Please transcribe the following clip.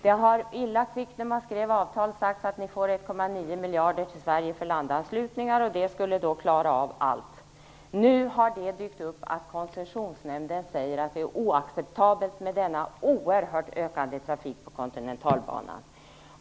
När man skrev avtal sades det illa kvickt att Sverige skulle få 1,9 miljarder till landanslutningar. Det skulle innefatta allt. Nu säger Koncessionsnämnden att det är oacceptabelt med denna starkt ökande trafik på kontinentalbanan.